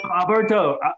Alberto